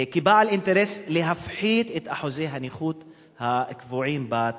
כבעל אינטרס להפחית את אחוזי הנכות הקבועים בתקנות.